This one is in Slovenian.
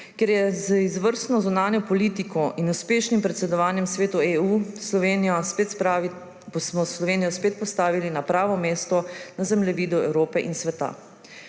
tujina, z izvrstno zunanjo politiko in uspešnim predsedovanjem Svetu EU smo Slovenijo spet postavili na pravo mesto na zemljevidu Evrope in sveta.